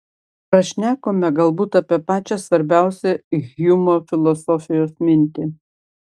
prašnekome galbūt apie pačią svarbiausią hjumo filosofijos mintį